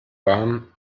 warm